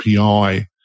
API